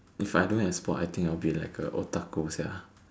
if I don't have sports I think I'll be like a otaku sia